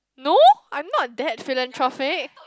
no I'm not that philanthrophic